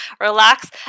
relax